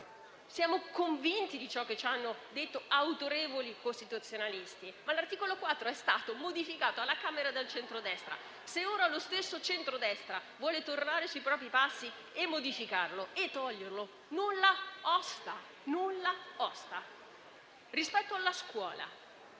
Siamo convinti di ciò che ci hanno detto autorevoli costituzionalisti. Ma l'articolo 4 è stato modificato alla Camera dal centrodestra; se ora lo stesso centrodestra vuole tornare sui propri passi e modificarlo o toglierlo, nulla osta. Rispetto alla scuola,